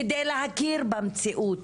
כדי להכיר במציאות.